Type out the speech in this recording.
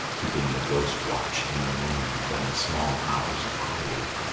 keeping the ghost watch in the moon when the small hours are cold.